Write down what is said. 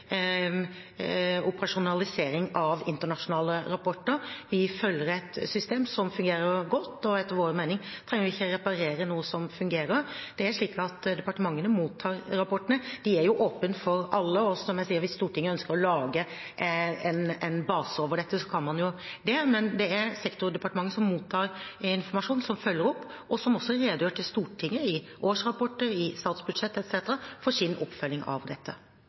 operasjonalisering av internasjonale rapporter. Vi følger et system som fungerer godt, og etter vår mening trenger vi ikke reparere noe som fungerer. Det er slik at departementene mottar rapportene. De er åpne for alle, og, som jeg sa, hvis Stortinget ønsker å lage en base over dette, kan man jo det. Men det er sektordepartementet som mottar informasjon, som følger opp, og som også redegjør til Stortinget i årsrapporter, i statsbudsjett etc., for sin oppfølging av dette.